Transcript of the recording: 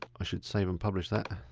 i should save and publish that.